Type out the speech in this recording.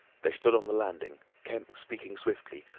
they stood on the landing, kemp speaking swiftly,